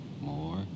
more